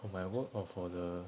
for my work or for the